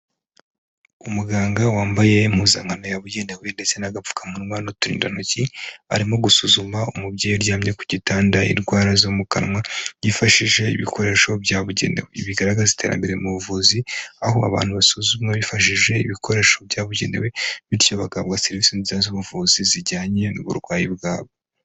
Umuganga wambaye impuzankano yabugenewe ndetse n'apfukamunwa n'uturindantoki, arimo gusuzuma umubyeyi uryamye ku gitanda indwara zo mu kanwa yifashishije ibikoresho byabugenewe, ibi bigaragaza iterambere mu buvuzi aho abantu basuzumwa hifashishijwe ibikoresho byabugenewe bityo bagahabwa serivise nziza z'ubuvuzi zijyanye n'uburwayi bwabo.